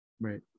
Right